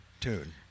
tune